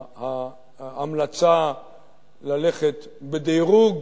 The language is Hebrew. ההמלצה ללכת בדירוג